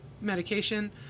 medication